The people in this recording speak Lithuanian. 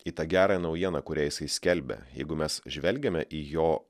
į tą gerą naujieną kurią jisai skelbia jeigu mes žvelgiame į jo